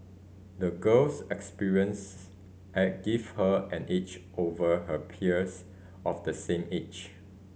the girl's experiences have give her an edge over her peers of the same age